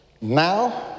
Now